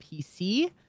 PC